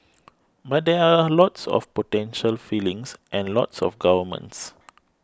but there are lots of potential feelings and lots of governments